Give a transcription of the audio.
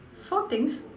four things